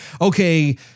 okay